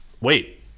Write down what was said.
Wait